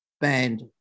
banned